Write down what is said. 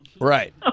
right